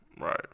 Right